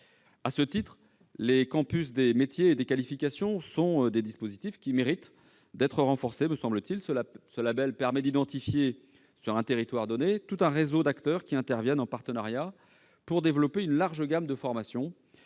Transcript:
À ce titre, les campus des métiers et des qualifications sont des dispositifs qui méritent, me semble-t-il, d'être renforcés. Ce label permet d'identifier, sur un territoire donné, tout un réseau d'acteurs qui interviennent en partenariat pour développer une large gamme de formations